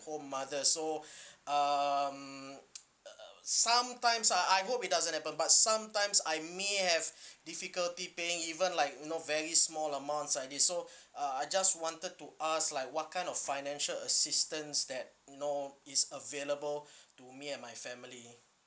home mother so um uh sometimes uh I hope it doesn't happen but sometimes I may have difficulty paying even like you know very small amounts like this so uh I just wanted to ask like what kind of financial assistance that you know is available to me and my family